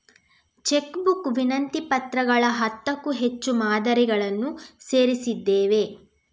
check book ವಿನಂತಿ ಪತ್ರಗಳ ಹತ್ತಕ್ಕೂ ಹೆಚ್ಚು ಮಾದರಿಗಳನ್ನು ಸೇರಿಸಿದ್ದೇವೆ